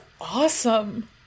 awesome